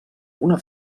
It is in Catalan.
una